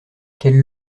quelle